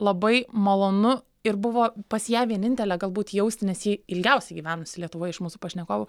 labai malonu ir buvo pas ją vienintelę galbūt jausti nes ji ilgiausiai gyvenusi lietuvoj iš mūsų pašnekovų